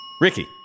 Ricky